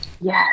yes